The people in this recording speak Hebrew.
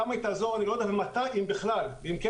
כמה היא תעזור אני לא יודע אם בכלל ואם כן,